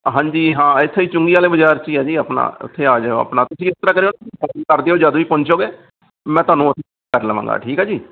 ਹਾਂਜੀ ਹਾਂ ਇੱਥੇ ਚੁੰਗੀ ਵਾਲੇ ਬਾਜ਼ਾਰ 'ਚ ਆ ਜੀ ਆਪਣਾ ਉੱਥੇ ਆ ਜਾਇਓ ਆਪਣਾ ਤੁਸੀਂ ਇਸ ਤਰ੍ਹਾਂ ਕਰਿਓ ਕਰ ਦਿਓ ਜਦੋਂ ਵੀ ਪਹੁੰਚੋਗੇ ਮੈਂ ਤੁਹਾਨੂੰ ਉੱਥੋਂ ਪਿੱਕ ਕਰ ਲਵਾਂਗਾ ਠੀਕ ਆ ਜੀ